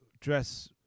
dress